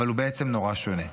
אבל הוא בעצם נורא שונה,